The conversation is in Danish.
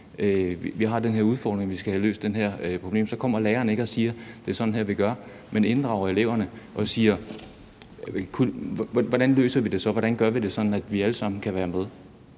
Vi har den udfordring, og vi skal have løst det her problem. Så kommer læreren ikke og siger: Det er sådan her, vi gør. Man inddrager eleverne og spørger: Hvordan løser vi det så, og hvordan gør vi det, sådan at vi alle sammen kan være med?